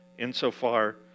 Insofar